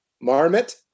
marmot